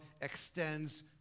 extends